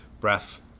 breath